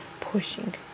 pushing